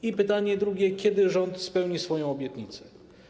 I pytanie drugie: Kiedy rząd spełni swoją obietnicę?